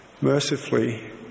mercifully